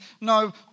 No